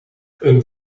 een